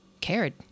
cared